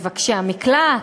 את מבקשי המקלט,